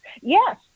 Yes